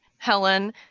Helen